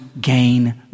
gain